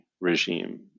regime